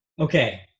Okay